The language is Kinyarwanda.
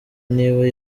niba